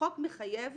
החוק מחייב